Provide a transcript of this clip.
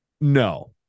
no